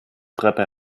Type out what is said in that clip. treppe